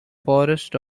forest